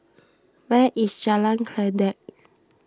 where is Jalan Kledek